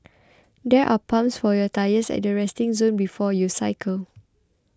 there are pumps for your tyres at the resting zone before you cycle